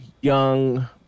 young